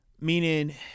Meaning